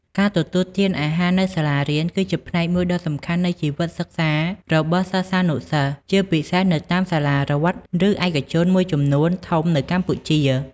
ការទទួលទានអាហារនៅសាលារៀន គឺជាផ្នែកមួយដ៏សំខាន់នៃជីវិតសិក្សារបស់សិស្សានុសិស្ស ជាពិសេសនៅតាមសាលារដ្ឋ ឬឯកជនមួយចំនួនធំនៅកម្ពុជា។